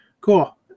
cool